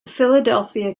philadelphia